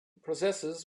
processes